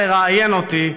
באת לראיין אותי.